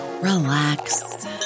relax